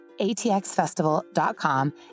atxfestival.com